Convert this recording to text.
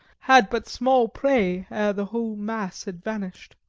had but small prey ere the whole mass had vanished.